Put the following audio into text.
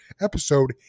episode